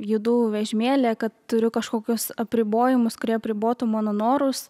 judu vežimėlyje kad turiu kažkokius apribojimus kurie apribotų mano norus